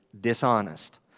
dishonest